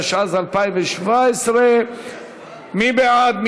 התשע"ז 2017. מי בעד?